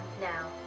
now